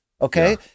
okay